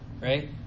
Right